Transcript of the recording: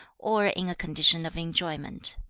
or in a condition of enjoyment.